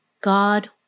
God